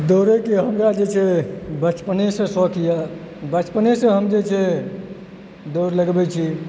दौड़ेके हमरा जे छै बचपनेसँ शौक अछि बचपनेसँ हम जे छै दौड़ लगबैत छी